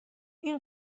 این